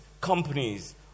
companies